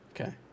Okay